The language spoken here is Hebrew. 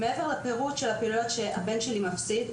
מעבר לפירוט של הפעילויות שהבן שלי מפסיד,